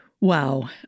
Wow